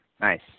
Nice